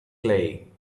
clay